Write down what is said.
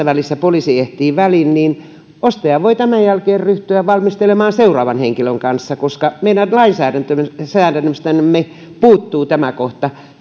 välissä poliisi ehtii väliin niin ostaja voi tämän jälkeen ryhtyä valmistelemaan asiaa seuraavan henkilön kanssa koska meidän lainsäädännöstämme puuttuu tämä kohta